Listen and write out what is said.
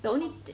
the only